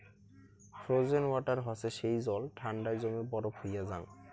frozen water হসে যেই জল ঠান্ডায় জমে বরফ হইয়া জাং